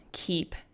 keep